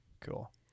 Cool